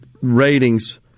ratings